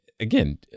Again